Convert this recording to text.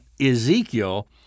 Ezekiel